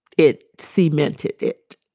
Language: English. it cemented it.